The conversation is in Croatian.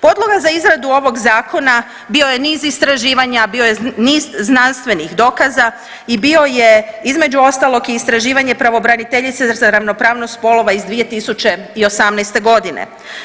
Podloga za izradu ovog zakona bio je niz istraživanja, bio je niz znanstvenih dokaza i bio je između ostalog istraživanje pravobraniteljice za ravnopravnost spolova iz 2018.g.